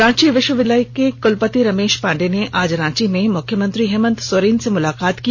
रांची विषविद्यालय के कुलपति रमेंष पांडेय ने आज रांची में मुख्यमंत्री हेमंत सोरेन से मुलाकात की